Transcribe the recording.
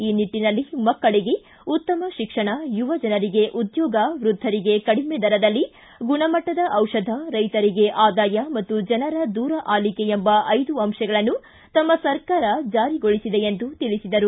ಈ ನಿಟ್ಟಿನಲ್ಲಿ ಮಕ್ಕಳಿಗೆ ಉತ್ತಮ ಶಿಕ್ಷಣ ಯುವಜನರಿಗೆ ಉದ್ಕೋಗ ವೃದ್ಧರಿಗೆ ಕಡಿಮೆ ದರದಲ್ಲಿ ಗುಣಮಟ್ಟದ ಔಷಧ ರೈಶರಿಗೆ ಆದಾಯ ಮತ್ತು ಜನರ ದೂರ ಆಲಿಕೆ ಎಂಬ ಐದು ಅಂಶಗಳನ್ನು ತಮ್ಮ ಸರ್ಕಾರ ಜಾರಿಗೊಳಿಸಿದೆ ಎಂದು ತಿಳಿಸಿದರು